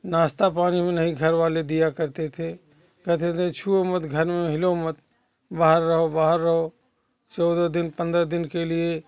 नाश्ता पानी भी नहीं घर वाले दिया करते थे कहते थे छुवो मत घर में हिलो मत बाहर रहो बाहर रहो चौदह दिन पंद्रह दिन के लिए